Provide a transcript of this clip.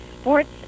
sports